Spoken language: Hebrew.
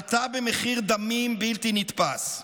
עלתה במחיר דמים בלתי נתפס.